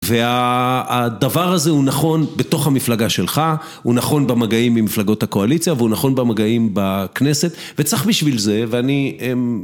והדבר הזה הוא נכון בתוך המפלגה שלך, הוא נכון במגעים עם מפלגות הקואליציה, והוא נכון במגעים בכנסת וצריך בשביל זה ואני...